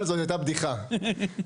אז בעצם בקשה להוסיף סעיף 5(ד)